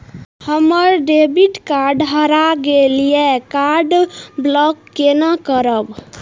हमर debit card हरा गेल ये कार्ड ब्लॉक केना करब?